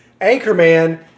Anchorman